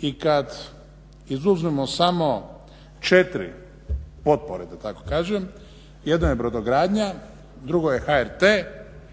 i kad izuzmemo samo 4 potpore da tako kažem, jedno je brodogradnja, drugo je HRT,